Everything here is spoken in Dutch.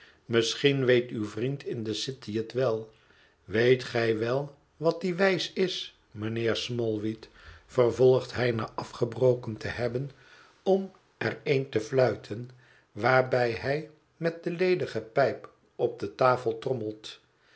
misschien weet uw vriend in de city het wel weet gij wel wat die wijs is mijnheer smallweed vervolgt hij na afgebroken te hebben om er een te fluiten waarbij hij met de ledige pijp op de tafel trommelt